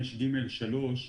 65ג(3).